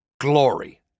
glory